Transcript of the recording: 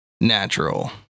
natural